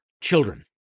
children